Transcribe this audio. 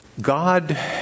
God